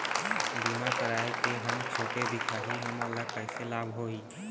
बीमा कराए के हम छोटे दिखाही हमन ला कैसे लाभ होही?